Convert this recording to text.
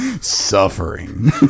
Suffering